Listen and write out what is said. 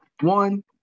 One